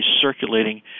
circulating